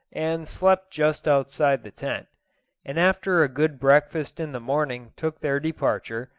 and slept just outside the tent and after a good breakfast in the morning took their departure,